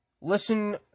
Listen